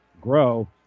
grow